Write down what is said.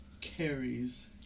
carries